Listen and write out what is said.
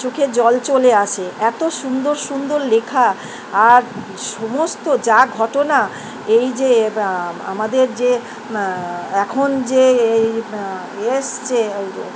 চোখে জল চলে আসে এত সুন্দর সুন্দর লেখা আর সমস্ত যা ঘটনা এই যে আমাদের যে এখন যে এই এসেছে ওই যে